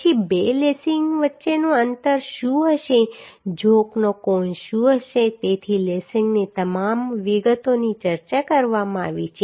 પછી બે લેસીંગ વચ્ચેનું અંતર શું હશે ઝોકનો કોણ શું હશે તેથી લેસિંગની તમામ વિગતોની ચર્ચા કરવામાં આવી છે